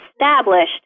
established